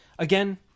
Again